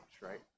right